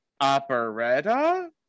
operetta